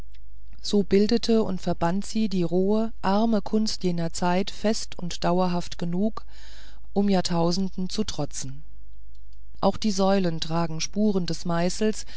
so bildete und verband sie die rohe arme kunst jener zeiten fest und dauerhaft genug um jahrtausenden zu trotzen auch die säulen tragen spuren des meißels